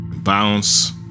Bounce